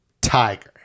Tiger